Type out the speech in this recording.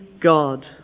God